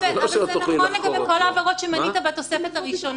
אבל בשעה 5:00 בערב, הרי אלה דברים שלכם.